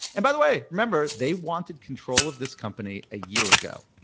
and by the way, remember they wanted control of this company a year ago.